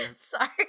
Sorry